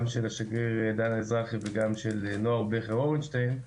של השגריר דן האזרחי וגם של נועה בלכר אורנשטיין,